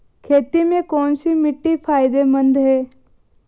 खेती में कौनसी मिट्टी फायदेमंद है?